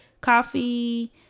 coffee